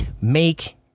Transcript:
make